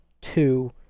two